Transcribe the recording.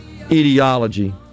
ideology